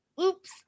oops